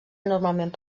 normalment